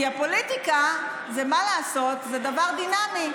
כי הפוליטיקה, מה לעשות, זה דבר דינמי.